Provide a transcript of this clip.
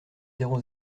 zéro